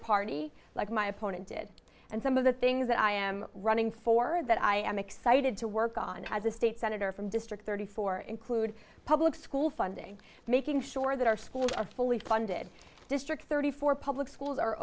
party like my opponent did and some of the things that i am running for that i am excited to work on as a state senator from district thirty four include public school funding making sure that our schools are fully funded district thirty four public schools are